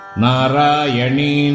Narayani